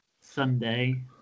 Sunday